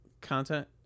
content